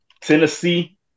Tennessee